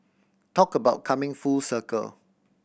talk about coming full circle